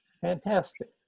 fantastic